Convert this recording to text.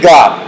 God